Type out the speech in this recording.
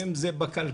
ואם זה בכלכלה,